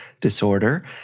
disorder